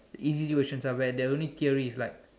easy questions are where there's only theory like